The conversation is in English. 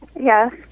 Yes